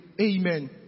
Amen